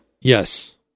Yes